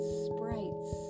sprites